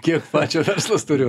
kiek pačio verslas turi